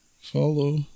follow